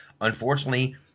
Unfortunately